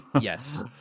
Yes